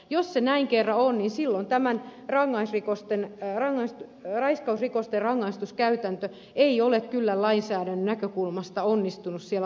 jos se näin kerran on niin silloin tämä raiskausrikosten rangaistuskäytäntö ei ole kyllä lainsäädännön näkökulmasta onnistunut siellä oikeustapausten osalta